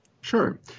Sure